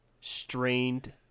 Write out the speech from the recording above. Strained